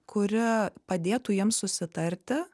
kuri padėtų jiems susitarti